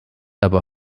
aber